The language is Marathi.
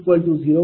466633 0